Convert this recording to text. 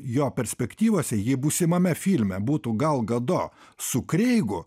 jo perspektyvose jei būsimame filme būtų gal gado su kreigu